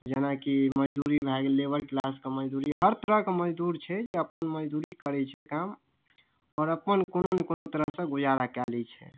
जेनाकि मजदूरी भए गेलै लेबर क्लासके मजदूरी हर तरहके मजदूर छै जे अपन मजदूरी करै छै काम आओर अपन कोनो ने कोनो तरहसँ गुजारा कए लै छै